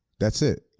that's it.